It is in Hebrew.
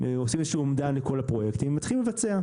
עושים איזה שהוא אומדן לכל הפרויקטים ומתחילים לבצע.